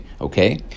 Okay